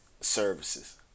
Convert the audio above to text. services